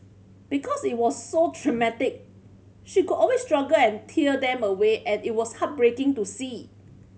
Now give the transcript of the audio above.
because it was so traumatic she would always struggle and tear them away and it was heartbreaking to see